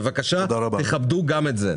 בבקשה, כבדו גם את זה.